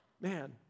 Man